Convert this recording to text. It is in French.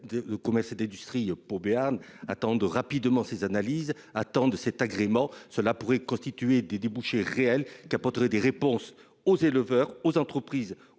de commerce et d'industrie Pau Béarn attends deux rapidement ses analyses attends de cet agrément, cela pourrait constituer des débouchés réels qui apporterait des réponses aux éleveurs, aux entreprises,